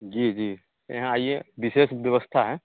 जी जी यहाँ आइए विशेष व्यवस्था है